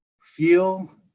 feel